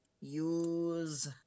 Use